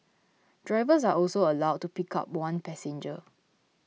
drivers are also allowed to pick up one passenger